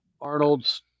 Arnold's